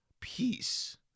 peace